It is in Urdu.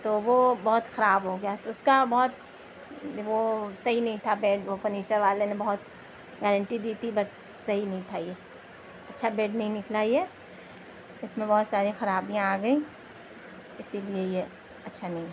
تو وہ بہت خراب ہو گیا تو اس کا بہت وہ صحیح نہیں تھا بیڈ وہ فنیچر والے نے بہت گارنٹی دی تھی بٹ صحیح نہیں تھا یہ اچھا بیڈ نہیں نکلا یہ اس میں بہت ساری خرابیاں آ گئیں اسی لیے یہ اچھا نہیں ہے